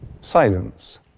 silence